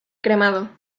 cremado